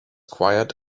quiet